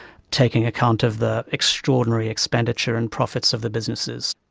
taking account of the extraordinary expenditure and profits of the businesses.